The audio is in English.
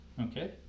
okay